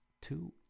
two